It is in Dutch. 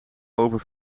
over